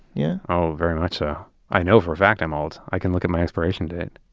yeah oh, very much ah i know for a fact i'm old. i can look at my expiration date